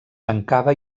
tancava